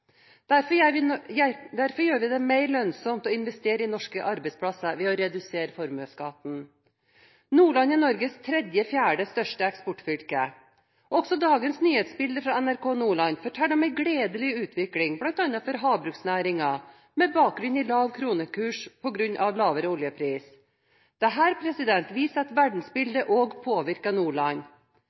Derfor gjør vi det mer lønnsomt å investere i norske arbeidsplasser ved å redusere formuesskatten. Nordland er Norges tredje eller fjerde største eksportfylke. Også dagens nyhetsbilde fra NRK Nordland forteller om en gledelig utvikling bl.a. for havbruksnæringen med bakgrunn i lav kronekurs på grunn av lavere oljepris. Dette viser at verdensbildet også påvirker Nordland.